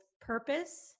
purpose